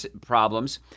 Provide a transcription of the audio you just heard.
problems